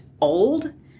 old